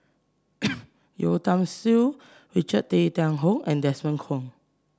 Yeo Tiam Siew Richard Tay Tian Hoe and Desmond Kon